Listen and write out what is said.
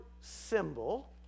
symbol